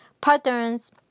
patterns